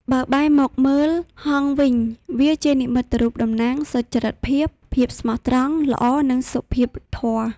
បើបែរមកមើលហង្សវិញ វាជានិមិត្តរូបតំណាងសុចរិតភាព, ភាពស្មោះត្រង់, ល្អ និងសុភាពធម៌។